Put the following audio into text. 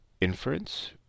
inference